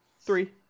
three